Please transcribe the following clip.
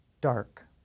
Dark